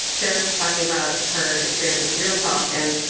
sarah was talking about her experience with real talk and